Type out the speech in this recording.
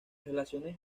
relaciones